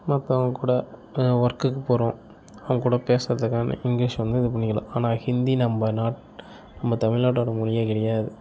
மத்தவங்க கூட ஒர்க்குக்கு போகிறோம் அவங்க கூட பேசுறது எல்லாமே இங்கிலீஷ் வந்து இது பண்ணிக்கலாம் ஆனால் ஹிந்தி நம்ம நாட் நம்ம தமிழ்நாட்டோட மொழியே கிடையாது